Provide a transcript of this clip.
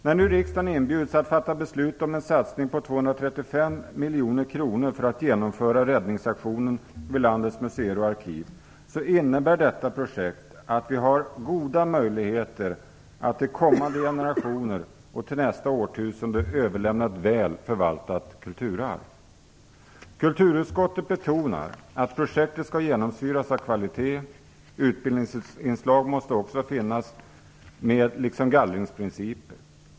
När nu riksdagen inbjuds att fatta beslut om en satsning på 235 miljoner kronor för att genomföra räddningsaktionen vid landets museer och arkiv, så innebär detta projekt att vi har goda möjligheter att till kommande generationer och till nästa årtusende överlämna ett väl förvaltat kulturarv. Kulturutskottet betonar att projektet skall genomsyras av kvalitet. Utbildningsinslag måste också finnas med, liksom gallringsprinciper.